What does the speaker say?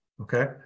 okay